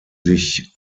sich